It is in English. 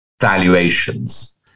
Valuations